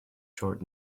short